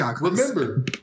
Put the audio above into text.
remember